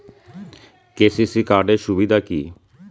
KCC card এর সুবিধা কি?